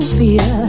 fear